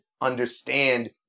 understand